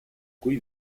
cui